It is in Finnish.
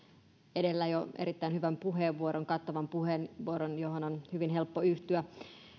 jo edellä erittäin hyvän puheenvuoron kattavan puheenvuoron johon on hyvin helppo yhtyä